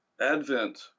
advent